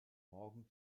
morgen